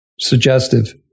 suggestive